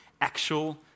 actual